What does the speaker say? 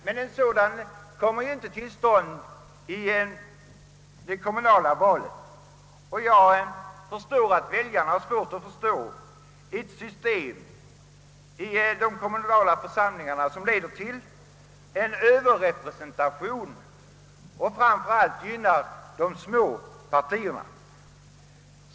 Men en sådan utjämning kommer ju inte till stånd i de kommunala valen, och jag är på det klara med att väljarna har svårt att förstå ett system som innebär överrepresentation i de kommunala fösamlingarna för och framför allt gynnar de små partierna.